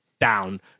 down